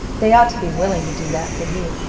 they ought to be willing to do that for you,